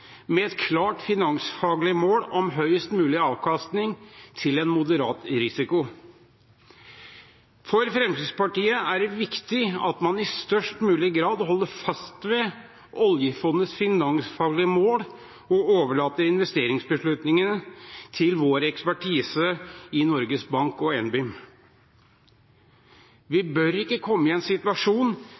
med et klart finansfaglig mål om høyest mulig avkastning til en moderat risiko. For Fremskrittspartiet er det viktig at man i størst mulig grad holder fast ved oljefondets finansfaglige mål og overlater investeringsbeslutningene til vår ekspertise i Norges Bank og Norges Bank Investment Management, NBIM. Vi bør ikke komme i en situasjon